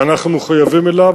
ואנחנו מחויבים אליו,